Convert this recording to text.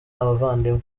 abavandimwe